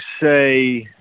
say